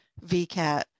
VCAT